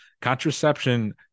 contraception